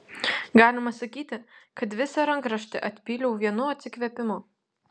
galima sakyti kad visą rankraštį atpyliau vienu atsikvėpimu